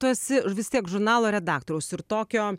tu esi vis tiek žurnalo redaktorius ir tokio